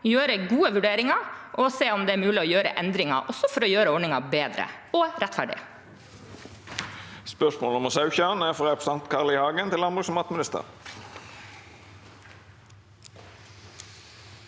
gjøre gode vurderinger og se på om det er mulig å gjøre endringer – også for å gjøre ordningen bedre og rettferdig.